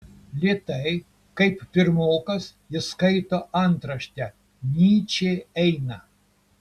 lėtai kaip pirmokas jis skaito antraštę nyčė eina